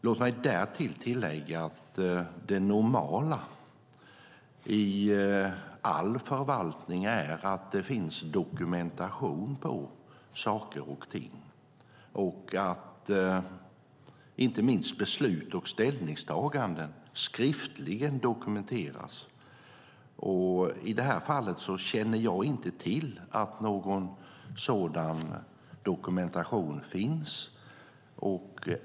Låt mig dessutom tillägga att det normala i all förvaltning är att det finns dokumentation av saker och ting och att inte minst beslut och ställningstaganden dokumenteras skriftligen. I det här fallet känner jag inte till att någon sådan dokumentation finns.